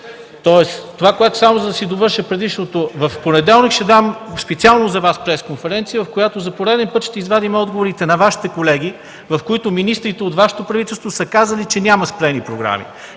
лъжа?! (Реплики.) За да си довърша предишното – в понеделник ще дам специално за Вас пресконференция, в която за пореден път ще извадим отговорите на Вашите колеги, в които министрите от Вашето правителство са казали, че няма спрени програми.